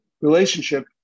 relationship